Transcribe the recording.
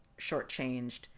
shortchanged